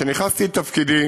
כשנכנסתי לתפקידי